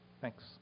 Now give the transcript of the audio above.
Thanks